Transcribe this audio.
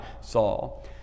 Saul